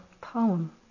poem